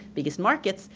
biggest markets,